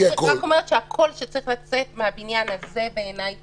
אני רק אומרת שהקול שצריך לצאת מהבניין הזה בעיניי